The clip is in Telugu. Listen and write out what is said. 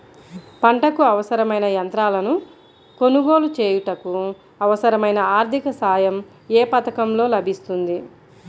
పంటకు అవసరమైన యంత్రాలను కొనగోలు చేయుటకు, అవసరమైన ఆర్థిక సాయం యే పథకంలో లభిస్తుంది?